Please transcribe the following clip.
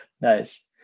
Nice